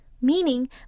meaning